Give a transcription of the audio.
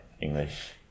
English